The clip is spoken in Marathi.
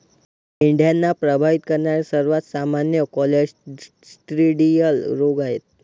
मेंढ्यांना प्रभावित करणारे सर्वात सामान्य क्लोस्ट्रिडियल रोग आहेत